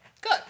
Good